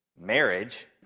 marriage